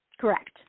Correct